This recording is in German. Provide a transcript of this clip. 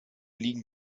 liegen